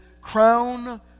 crown